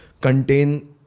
contain